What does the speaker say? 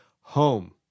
home